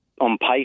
on-pace